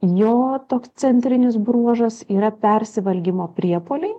jo toks centrinis bruožas yra persivalgymo priepuoliai